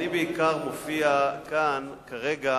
אדוני היושב-ראש, אני מופיע כאן כרגע